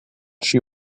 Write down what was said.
she